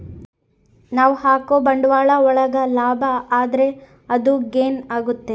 ನಾವ್ ಹಾಕೋ ಬಂಡವಾಳ ಒಳಗ ಲಾಭ ಆದ್ರೆ ಅದು ಗೇನ್ ಆಗುತ್ತೆ